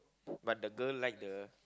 but the girl like the